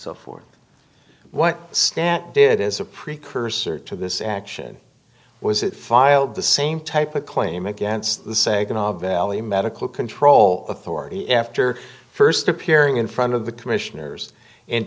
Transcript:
so forth what stant did is a precursor to this action was it filed the same type a claim against the sagan all valley medical control authority after st appearing in front of the commissioners